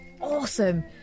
awesome